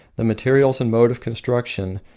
the material and mode of construction,